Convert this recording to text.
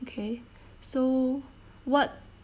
okay so what